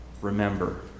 remember